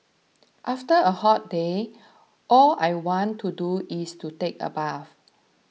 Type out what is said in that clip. after a hot day all I want to do is to take a bath